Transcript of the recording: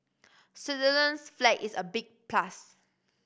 Switzerland's flag is a big plus